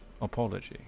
apology